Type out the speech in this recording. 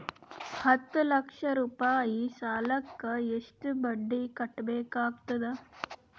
ಹತ್ತ ಲಕ್ಷ ರೂಪಾಯಿ ಸಾಲಕ್ಕ ಎಷ್ಟ ಬಡ್ಡಿ ಕಟ್ಟಬೇಕಾಗತದ?